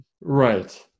Right